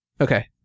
Okay